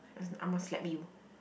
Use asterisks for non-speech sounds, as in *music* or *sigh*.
*noise* Imma slap you